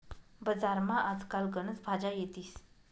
बजारमा आज काल गनच भाज्या येतीस